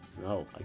No